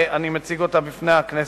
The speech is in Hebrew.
ואני מציג אותה בפני הכנסת.